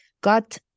got